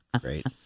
Great